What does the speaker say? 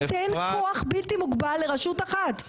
נותן כוח בלתי מוגבל לרשות אחת,